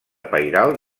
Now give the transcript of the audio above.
pairal